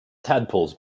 tadpoles